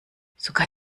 sogar